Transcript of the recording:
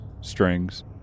strings